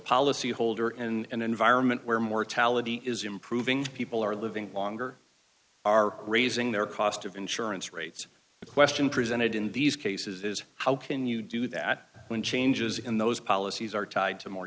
policyholder in an environment where mortality is improving people are living longer are raising their cost of insurance rates the question presented in these cases is how can you do that when changes in those policies are tied to